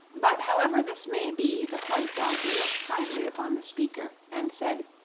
but however this may be, the white donkey looked kindly upon the speaker and said